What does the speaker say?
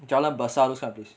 jalan besar looks quite good